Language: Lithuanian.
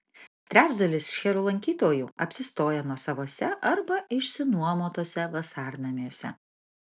trečdalis šcherų lankytojų apsistoja nuosavuose arba išsinuomotuose vasarnamiuose